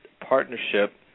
partnership